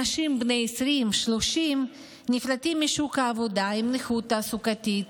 אנשים בני 20 30 נפלטים משוק העבודה עם נכות תעסוקתית,